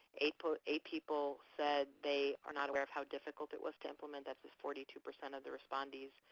eight people eight people said they are not aware of how difficult it was to implement, that is forty two percent of the respondents,